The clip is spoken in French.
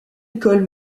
écoles